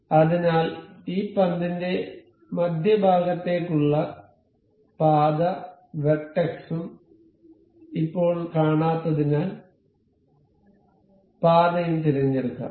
അതിനാൽ ഈ പന്തിന്റെ മധ്യഭാഗത്തേക്കുള്ള പാത വെർട്ടെക്സും ഇപ്പോൾ കാണാത്തതിനാൽ പാതയും തിരഞ്ഞെടുക്കാം